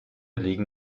liegen